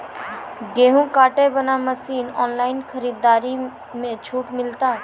गेहूँ काटे बना मसीन ऑनलाइन खरीदारी मे छूट मिलता?